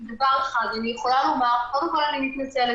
אני יכולה לומר שקודם כול אני מתנצלת,